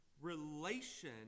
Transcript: relation